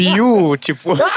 Beautiful